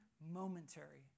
momentary